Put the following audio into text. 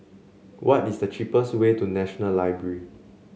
what is the cheapest way to National Library